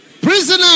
prisoner